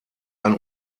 ein